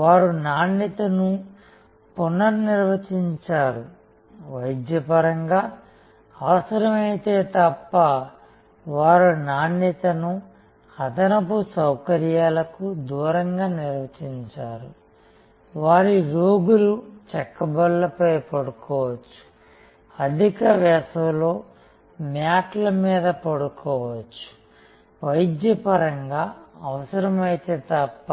వారు నాణ్యతను పునర్నిర్వచించారువైద్యపరంగా అవసరం అయితే తప్ప వారు నాణ్యతను అదనపు సౌకర్యాలకు దూరంగా నిర్వచించారు వారి రోగులు చెక్క బల్ల పై పడుకోవచ్చు అధిక వేసవిలో మ్యాట్ల మీద పడుకోవచ్చు వైద్య పరంగా అవసమైతే తప్ప